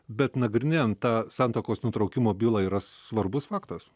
bet nagrinėjant tą santuokos nutraukimo bylą yra svarbus faktas